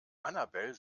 annabel